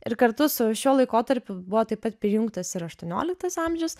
ir kartu su šiuo laikotarpiu buvo taip pat prijungtas ir aštuonioliktas amžius